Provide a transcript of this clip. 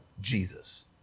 Jesus